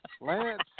Lance